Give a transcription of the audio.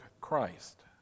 Christ